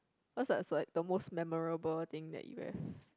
what was like the most memorable thing that you have